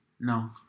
No